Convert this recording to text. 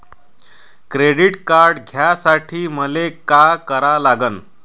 Credit card घ्यासाठी मले का करा लागन?